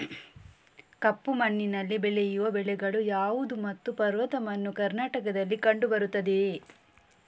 ಕಪ್ಪು ಮಣ್ಣಿನಲ್ಲಿ ಬೆಳೆಯುವ ಬೆಳೆಗಳು ಯಾವುದು ಮತ್ತು ಪರ್ವತ ಮಣ್ಣು ಕರ್ನಾಟಕದಲ್ಲಿ ಕಂಡುಬರುತ್ತದೆಯೇ?